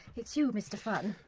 it's you, mr. funn.